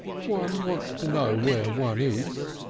one wants to know where one is.